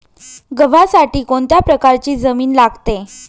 गव्हासाठी कोणत्या प्रकारची जमीन लागते?